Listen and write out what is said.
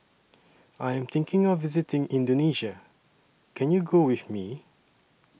I Am thinking of visiting Indonesia Can YOU Go with Me